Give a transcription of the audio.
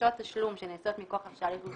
שדרישות תשלום שנעשות מכוח הרשאה לחיוב